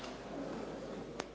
Hvala